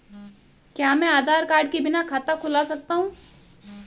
क्या मैं आधार कार्ड के बिना खाता खुला सकता हूं?